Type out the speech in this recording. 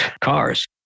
cars